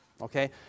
okay